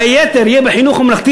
והיתר יהיו בחינוך הממלכתי,